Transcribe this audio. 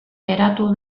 geratu